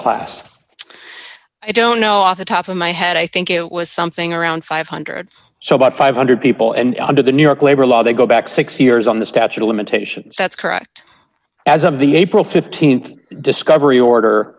class i don't know off the top of my head i think it was something around five hundred so about five hundred people and under the new york labor law they go back six years on the statute of limitations that's correct as of the april th discovery order